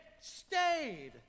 stayed